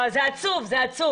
זה עצוב, זה עצוב.